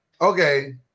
Okay